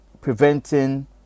preventing